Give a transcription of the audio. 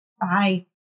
Bye